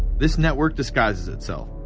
this network disguises itself,